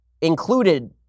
included